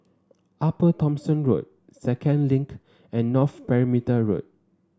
Upper Thomson Road Second Link and North Perimeter Road